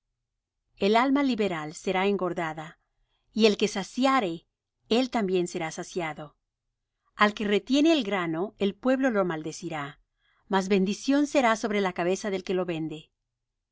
el alma liberal será engordada y el que saciare él también será saciado al que retiene el grano el pueblo lo maldecirá mas bendición será sobre la cabeza del que vende el